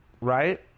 Right